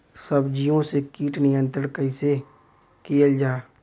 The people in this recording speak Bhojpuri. सब्जियों से कीट नियंत्रण कइसे कियल जा?